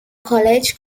college